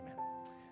Amen